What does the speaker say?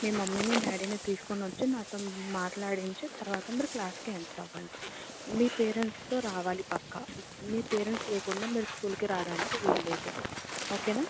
మీ మమ్మీని డాడీని తీసుకుని వచ్చి నాతో మాట్లాడించి తర్వాత మీరు క్లాస్కి ఎంటర్ అవ్వండి మీ పేరెంట్స్తో రావాలి పక్కా మీ పేరెంట్స్ లేకుండా మీరు స్కూల్కి రావడానికి వీల్లేదు ఓకే నా